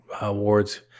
Awards